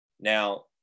Now